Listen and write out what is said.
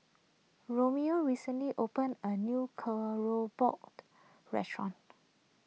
Ramiro recently opened a new Keropok restaurant